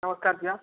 नमस्कार भैया